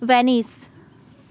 Venice